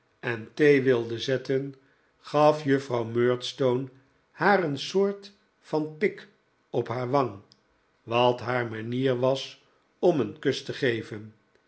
wordt overheerscht murdstpne haar een soort van pik op haar wang wat haar manier was om een kus le geven